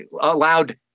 allowed